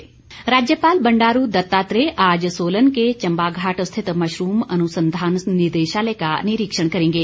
राज्यपाल राज्यपाल बंडारू दत्तात्रेय आज सोलन के चम्बाघाट स्थित मशरूम अनुसंधान निदेशालय का निरीक्षण करेंगे